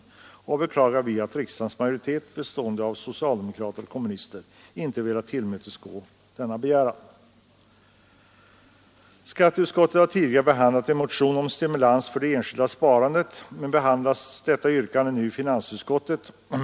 Vi beklagar att riksdagens majoritet, bestående av socialdemokrater och kommunister, inte har velat tillmötesgå vår begäran. Skatteutskottet har tidigare behandlat en motion om stimulans för det enskilda sparandet, men detta yrkande behandlas nu i finansutskottet.